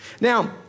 Now